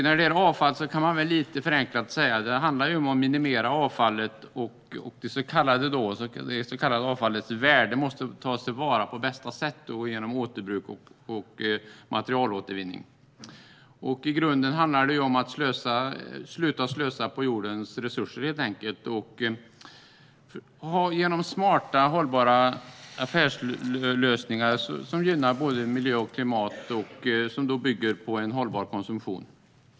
Lite förenklat kan man säga att det handlar om att minimera avfallet och att ta till vara dess värde på bästa sätt genom återbruk och materialåtervinning. I grunden handlar det om att sluta slösa med jordens resurser och om smarta, hållbara affärslösningar som gynnar både miljö och klimat och som bygger på en hållbar konsumtion.